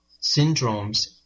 syndromes